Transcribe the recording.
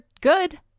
good